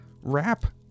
Wrap